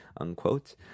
unquote